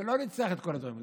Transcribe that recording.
כך שלא נצטרך את כל הדברים האלה.